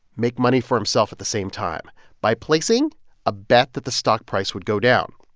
make money for himself at the same time by placing a bet that the stock price would go down.